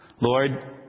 Lord